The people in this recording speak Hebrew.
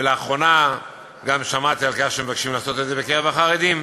ולאחרונה גם שמעתי על כך שמבקשים לעשות את זה בקרב החרדים.